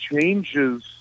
changes